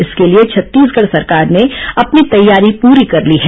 इसके लिए छत्तीसगढ़ सरकार ने अपनी तैयारी पूरी कर ली है